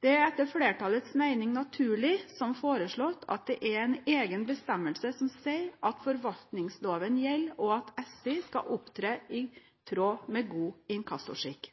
Det er etter flertallets mening naturlig, som foreslått, at det er en egen bestemmelse som sier at forvaltningsloven gjelder, og at SI skal opptre i tråd med god inkassoskikk.